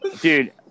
Dude